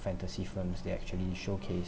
fantasy films they actually showcase